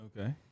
Okay